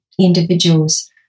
individuals